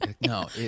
No